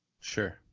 Sure